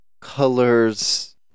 colors